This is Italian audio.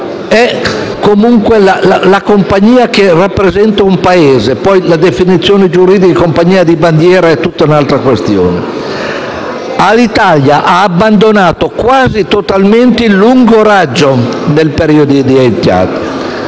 è comunque la compagnia che rappresenta un Paese (poi, la definizione giuridica di compagnia di bandiera è tutta un'altra questione). Alitalia ha abbandonato quasi totalmente il lungo raggio nel periodo di Etihad.